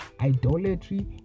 idolatry